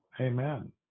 amen